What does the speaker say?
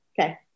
Okay